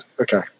Okay